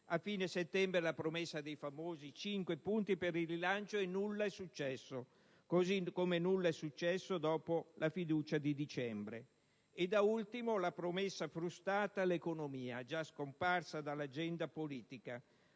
a fine settembre la promessa dei famosi cinque punti per il rilancio e nulla è successo. Così come nulla è accaduto dopo la fiducia di dicembre. E da ultimo la promessa frustata all'economia, già scomparsa dalla agenda politica.